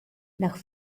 nach